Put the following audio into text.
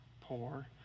poor